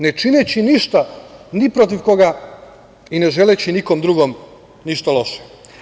Ne čineći ništa ni protiv koga i ne želeći nikom drugom ništa loše.